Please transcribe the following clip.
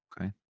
okay